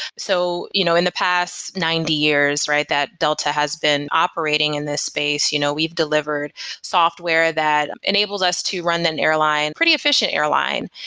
so you know in the past ninety years, right, that delta has been operating in this space, you know we've delivered software that enables us to run an airline pretty efficient airline.